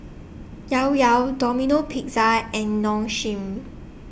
Llao Llao Domino Pizza and Nong Shim